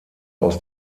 aus